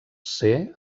ser